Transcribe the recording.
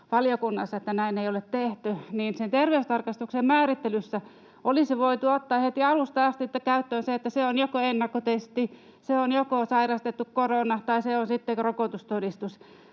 että näin ei ole tehty — niin sen terveystarkastuksen määrittelyssä olisi voitu ottaa heti alusta asti käyttöön se, että se on joko ennakkotesti, se on joko sairastettu korona tai se on sitten rokotustodistus.